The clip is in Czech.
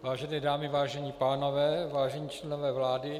Vážené dámy, vážení pánové, vážení členové vlády.